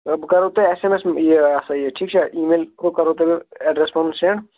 بہٕ کرہو تۄہہِ ایٚس ایٚم ایٚس یہِ ہسا یہِ ٹھیٖکھ چھا ای میل بہٕ کرہو تۄہہِ ایٚڈرس پنُن سیٚنٛڈ